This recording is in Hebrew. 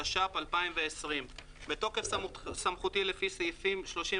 התש"ף-2020 בתוקף סמכותי לפי סעיפים 31